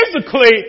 physically